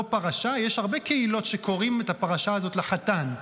הרבה קהילות שקוראות את הפרשה הזאת לחתן,